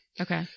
Okay